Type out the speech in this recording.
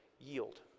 yield